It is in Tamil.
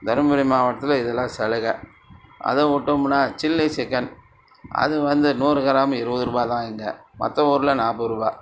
தர்மபுரி மாவட்டத்தில் இதலாம் சலுகை அதை விட்டம்னா சில்லி சிக்கன் அது வந்து நூறு கிராம் இருபது ரூபாய் தான் இங்கே மற்ற ஊரில் நாற்பது ரூபா